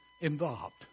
involved